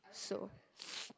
so